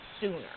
sooner